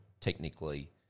technically